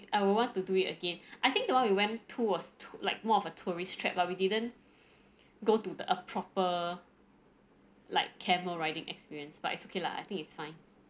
I would want to do it again I think the one we went to was like more of a tourist trap lah we didn't go to the proper like camel riding experience but it's okay lah I think it's fine